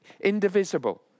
indivisible